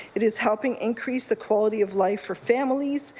it is helping increase the quality of life for families,